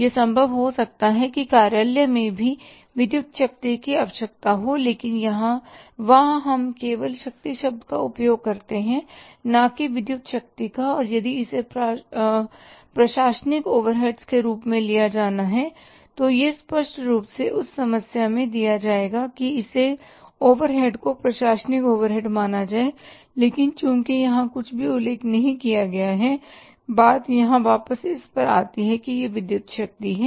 यह संभव हो सकता है कि कार्यालय में भी विद्युत शक्ति की आवश्यकता हो लेकिन वहां हम केवल शक्ति शब्द का उपयोग करते हैं न कि विद्युत शक्ति का और यदि इसे प्रशासनिक ओवरहेड्स के रूप में लिया जाना है तो यह स्पष्ट रूप से उस समस्या में दिया जाएगा कि इस ओवरहेड को प्रशासनिक ओवरहेड माना जाए लेकिन चूंकि यहां कुछ भी उल्लेख नहीं किया गया है और बात यहां वापस इस पर आती है कि यह विद्युत शक्ति है